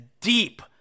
deep